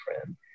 friend